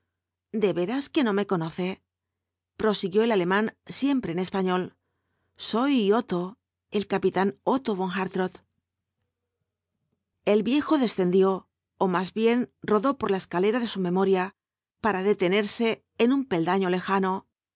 de veras que no me conoce prosiguió el alemán siempre en español soy otto el capitán otto ven hartrott el viejo descendió ó más bien rodó por la escalera de su memoria para detenerse en un peldaño lejano vio